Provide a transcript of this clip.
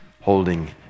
holding